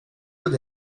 with